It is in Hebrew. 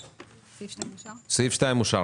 סעיף 17 אושר סעיף 17 אושר.